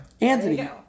Anthony